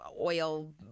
oil